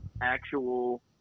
actual